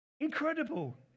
Incredible